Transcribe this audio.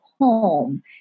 home